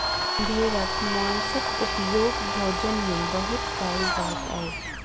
भेड़क मौंसक उपयोग भोजन में बहुत कयल जाइत अछि